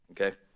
okay